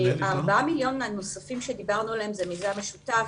ה-4 מיליון הנוספים שדיברנו עליהם זה מיזם משותף.